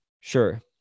Sure